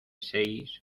seis